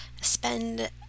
spend